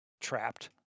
trapped